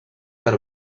per